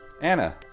Anna